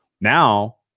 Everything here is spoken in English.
Now